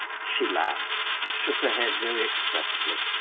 she laughed, and shook her head very expressively.